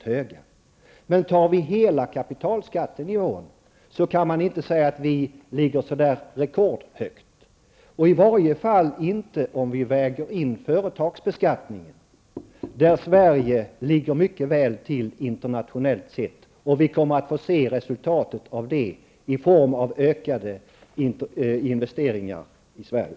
Men ser man på hela kapitalskattenivån kan man inte säga att vi ligger rekordhögt, i varje fall inte om man väger in företagsbeskattningen, där Sverige ligger mycket väl till internationellt sett. Vi kommer att få se resultatet av det i form av ökade investeringar i Sverige.